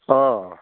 অ'